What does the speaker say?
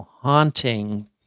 haunting